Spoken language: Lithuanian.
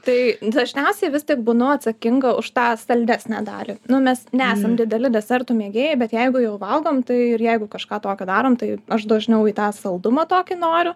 tai dažniausiai vis tik būnu atsakinga už tą saldesnę dalį nu mes nesam dideli desertų mėgėjai bet jeigu jau valgom tai ir jeigu kažką tokio darom tai aš dažniau į tą saldumą tokį noriu